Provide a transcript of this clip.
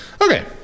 okay